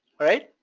alright?